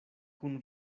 kun